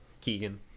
keegan